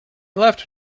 left